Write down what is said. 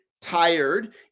tired